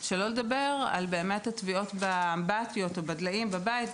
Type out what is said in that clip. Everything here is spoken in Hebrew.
שלא לדבר על הטביעות באמבטיות או בדליים בבית,